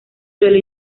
suelo